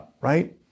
right